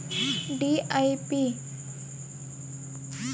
DAP ರಸಗೊಬ್ಬರದಲ್ಲಿ ಯಾವ ಯಾವ ಅಂಶಗಳಿರುತ್ತವರಿ?